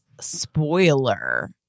spoiler